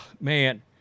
man